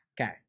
Okay